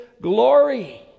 glory